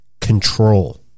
control